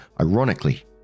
ironically